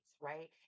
right